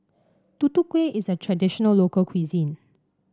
Tutu Kueh is a traditional local cuisine